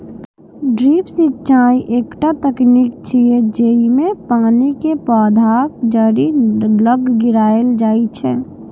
drip सिंचाइ एकटा तकनीक छियै, जेइमे पानि कें पौधाक जड़ि लग गिरायल जाइ छै